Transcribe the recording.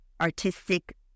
artistic